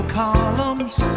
columns